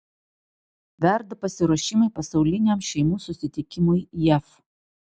verda pasiruošimai pasauliniam šeimų susitikimui jav